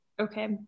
Okay